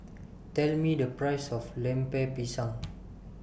Tell Me The Price of Lemper Pisang